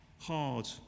hard